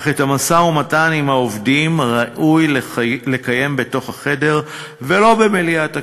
אך את המשא-ומתן עם העובדים ראוי לקיים בתוך החדר ולא במליאת הכנסת.